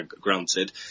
granted